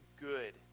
good